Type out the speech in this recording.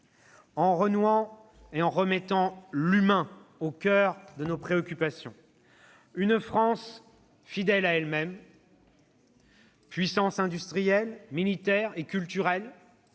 modes de vie, en remettant l'humain au coeur de nos préoccupations. « Une France fidèle à elle-même, puissance industrielle, militaire et culturelle,